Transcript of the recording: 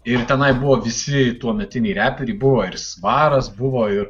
ir tenai buvo visi tuometiniai reperiai buvo ir svaras buvo ir